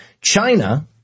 China